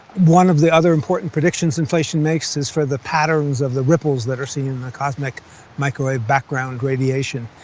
one of the other important predictions inflation makes is for the patterns of the ripples that are seen in the cosmic microwave background radiation,